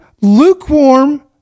lukewarm